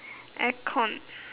aircon